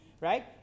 right